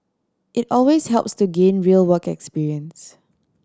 it always helps to gain real work experience